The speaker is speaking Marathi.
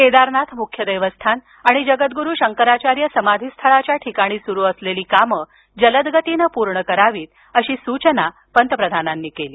केदारनाथ मुख्य देवस्थान आणि जगद्गुरू शंकराचार्य समाधी स्थळाच्या ठिकाणी सुरू असलेली कामं जलदगतीनं पूर्ण करावीत अशी सूचना त्यांनी केली